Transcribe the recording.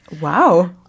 Wow